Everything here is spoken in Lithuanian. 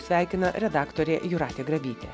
sveikina redaktorė jūratė grabytė